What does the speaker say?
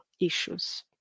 issues